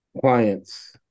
clients